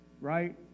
right